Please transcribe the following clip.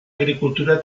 agricultura